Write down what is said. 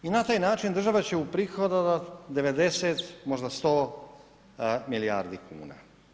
I na taj način država će uprihodovat 90, možda 100 milijardi kuna.